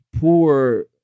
poor